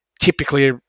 typically